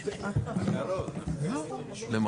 פשוט ועדה מיוחדת לטובת האירוע הזה,